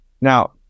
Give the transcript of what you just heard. Now